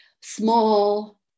small